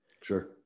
Sure